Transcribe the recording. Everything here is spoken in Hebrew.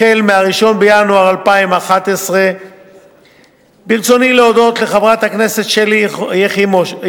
החל ב-1 בינואר 2011. ברצוני להודות לחברת הכנסת שלי יחימוביץ,